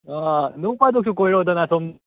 ꯅꯣꯡ ꯐꯥꯗꯣꯛꯁꯨ ꯀꯣꯏꯔꯛꯎꯗꯅ ꯁꯨꯝ